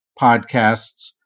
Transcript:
podcasts